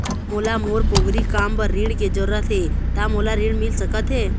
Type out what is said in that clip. मोला मोर पोगरी काम बर ऋण के जरूरत हे ता मोला ऋण मिल सकत हे?